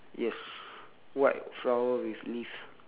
yes white flower with leaves